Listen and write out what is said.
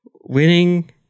winning